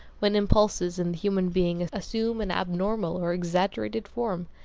when impulses in the human being assume an abnormal or exaggerated form,